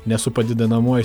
ne su padidinamuoju